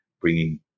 bringing